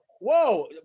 whoa